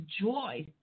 joy